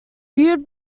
viewed